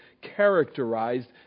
characterized